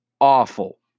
awful